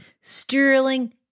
Sterling